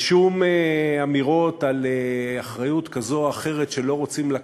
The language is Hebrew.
ושום אמירות על אחריות כזו או אחרת שלא רוצים לקחת,